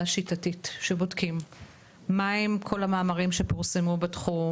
שיטתית ובודקים מה הם כל המאמרים שפורסמו בתחום,